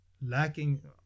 lacking